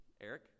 eric